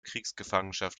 kriegsgefangenschaft